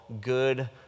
Good